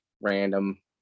random